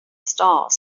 stars